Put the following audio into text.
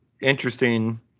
interesting